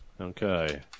Okay